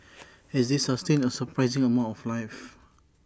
is IT sustain A surprising amount of life